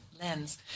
lens